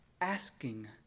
asking